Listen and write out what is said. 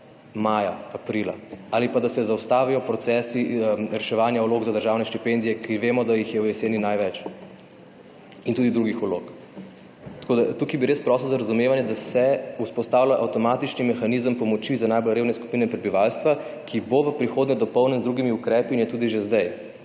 maja, aprila, ali pa da se zaustavijo procesi reševanja vlog za državne štipendije, ki vemo, da jih je v jeseni največ, in tudi drugih vlog. Tako da, tukaj bi res prosil za razumevanje, da se vzpostavlja avtomatični mehanizem pomoči za najbolj revne skupine prebivalstva, ki bo v prihodnje dopolnjen z drugimi ukrepi in je tudi že zdaj.